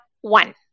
one